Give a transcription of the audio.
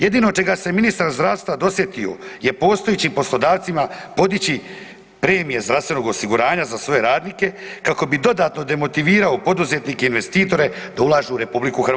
Jedino čega se ministar zdravstva dosjetio je postojećim poslodavcima podići premije zdravstvenog osiguranja za sve radnike kako bi dodatno demotivirao poduzetnike i investitore da ulažu u RH.